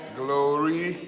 glory